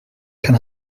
can